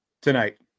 tonight